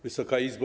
Wysoka Izbo!